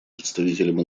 представителем